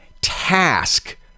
task